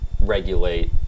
regulate